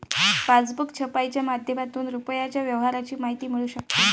passbook छपाईच्या माध्यमातून रुपयाच्या व्यवहाराची माहिती मिळू शकते